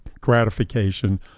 gratification